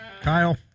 Kyle